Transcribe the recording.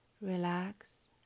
relax